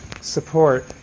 support